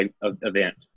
event